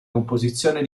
composizione